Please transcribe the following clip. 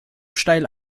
steil